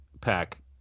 pack